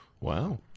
wow